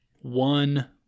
one